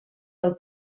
del